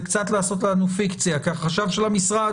זה קצת לעשות לנו פיקציה כי החשב של המשרד